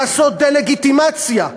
לעשות דה-לגיטימציה,